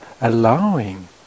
allowing